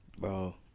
Bro